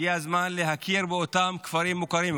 הגיע הזמן להכיר באותם כפרים בלתי מוכרים.